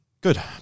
Good